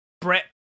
Brett